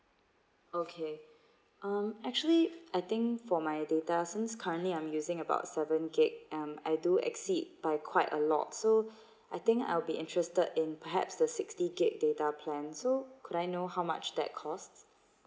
okay um actually I think for my data since currently I'm using about seven gig um I do exceed by quite a lot so I think I'll be interested in perhaps the sixty gig data plans so could I know how much that costs